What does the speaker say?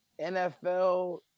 nfl